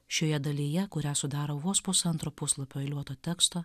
šioje dalyje kurią sudaro vos pusantro puslapio eiliuoto teksto